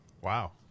Wow